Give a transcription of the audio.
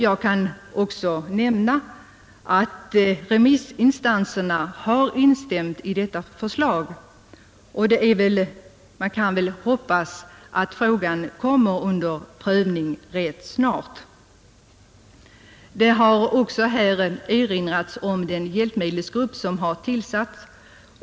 Jag kan nämna att remissinstanserna har instämt i detta förslag, och man kan väl hoppas att frågan kommer under prövning rätt snart. Det har också här erinrats om den hjälpmedelsgrupp som har tillsatts.